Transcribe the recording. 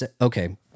okay